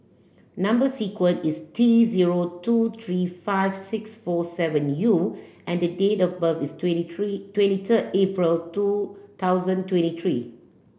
number sequence is T zero two three five six four seven U and the date of birth is twenty three twenty third April two thousand twenty three